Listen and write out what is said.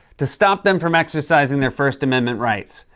to stop them from exercising their first amendment rights.